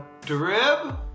Drib